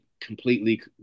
completely